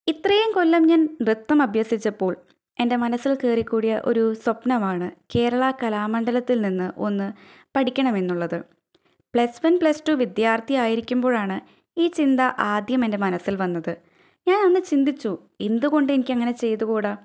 ഇത്രെയും കൊല്ലം ഞാൻ നൃത്തം അഭ്യസിച്ചപ്പോൾ എൻ്റെ മനസ്സിൽ കയറിക്കൂടിയ ഒരു സ്വപ്നമാണ് കേരളാ കലാമണ്ഡലത്തിൽ നിന്ന് ഒന്ന് പഠിക്കണം എന്നുള്ളത് പ്ലസ് വൺ പ്ലസ് ടു വിദ്യാർത്ഥിയായിരിക്കുമ്പോഴാണ് ഈ ചിന്ത ആദ്യം എൻ്റെ മനസ്സിൽ വന്നത് ഞാൻ ഒന്ന് ചിന്തിച്ചു എന്തുകൊണ്ടെ് എനിക്കങ്ങനെ ചെയ്തുകൂട